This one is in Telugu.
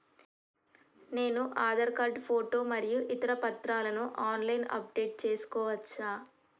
నేను ఆధార్ కార్డు ఫోటో మరియు ఇతర పత్రాలను ఆన్ లైన్ అప్ డెట్ చేసుకోవచ్చా?